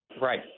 Right